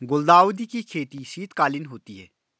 गुलदाउदी की खेती शीतकालीन होती है